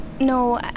No